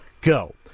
Go